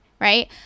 right